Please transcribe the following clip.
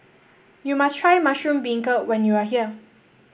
you must try Mushroom Beancurd when you are here